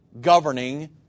governing